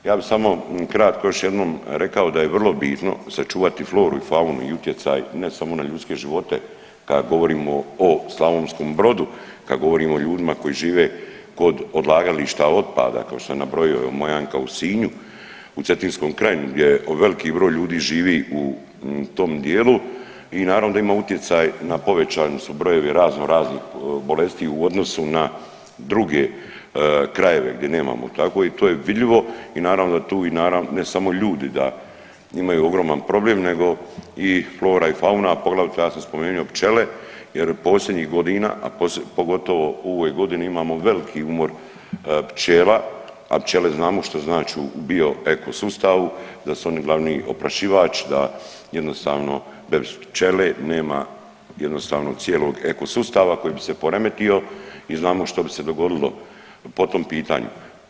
Ja bih samo kratko još jednom rekao da je vrlo bitno sačuvati floru i faunu i utjecaj, ne samo na ljudske živote, kad govorimo o Slavonskom Brodu, kad govorimo o ljudima koji žive kod odlagališta otpada, kao što sam nabrojao, Mojanka u Sinju, u Cetinskoj krajini gdje veliki broj ljudi živi u tom dijelu i naravno da ima utjecaj na, povećani su brojevi raznoraznih bolesti u odnosu na druge krajeve gdje nemamo tako i to je vidljivo i naravno da tu i, naravno, ne samo ljudi da imaju ogroman problem nego i flora i fauna, a poglavito, ja sam spomenuo pčele jer posljednjih godina, a pogotovo u ovoj godini imamo veliki umor pčela, a pčele znamo što znače u bio ekosustavu, da su oni glavni oprašivač, da jednostavno, bez pčele nema jednostavno cijelog ekosustava koji bi se poremetio i znamo što bi se dogodilo po tom pitanju.